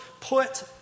put